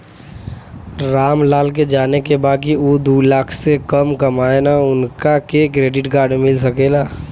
राम लाल के जाने के बा की ऊ दूलाख से कम कमायेन उनका के क्रेडिट कार्ड मिल सके ला?